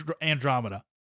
Andromeda